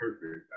perfect